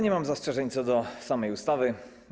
Nie mam zastrzeżeń co do samej ustawy.